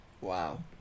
Wow